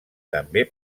també